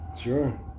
Sure